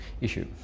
issue